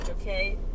okay